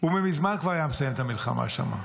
כבר מזמן הוא היה מסיים את המלחמה שם.